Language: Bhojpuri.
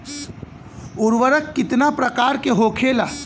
उर्वरक कितना प्रकार के होखेला?